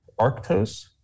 Arctos